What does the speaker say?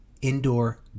indoor